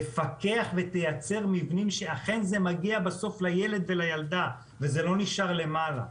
תפקח ותייצר מבנים שאכן זה מגיע בסוף לילד ולילדה וזה לא נשאר למעלה,